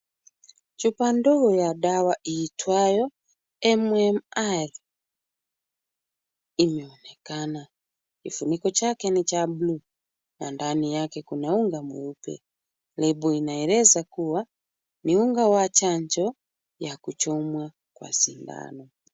Chupa ndogo ya dawa iitwayo MMR inaonekana. Kifuniko chake ni cha bulu na ndani yake kuna unga mweupe. Nembo inaeleza kuwa ni unga wa chanjo ya kuchomwa kwa sindano.